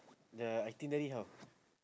the itinerary how